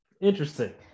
Interesting